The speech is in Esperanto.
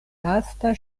lasta